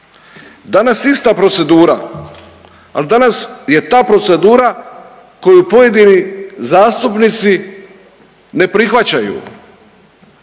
Danas ista procedura, al danas je ta procedura koju pojedini zastupnici ne prihvaćaju,